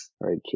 right